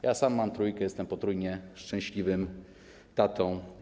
Ja sam mam trójkę, jestem potrójnie szczęśliwym tatą.